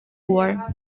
war